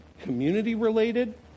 community-related